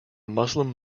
muslim